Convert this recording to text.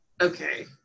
okay